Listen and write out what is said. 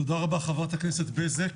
תודה רבה חברת הכנסת בזק.